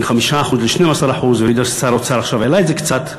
בין 5% ל-12% ואני יודע ששר האוצר עכשיו העלה את זה קצת,